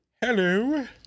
Hello